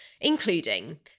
including